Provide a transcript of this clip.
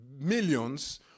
millions